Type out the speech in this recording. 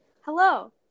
Hello